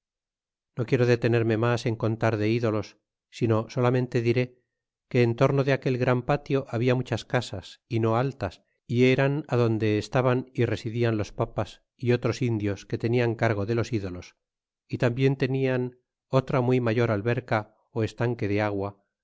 no quiero detenerme mas en contar de ídolos sino solamente dir que en torno de aquel gran patio habia muchas casas é no altas e eran adonde estaban y residian os papas é otros indios que tenian cargo de los ídolos y tambien tenian otra muy mayor alberca ó estanque de agua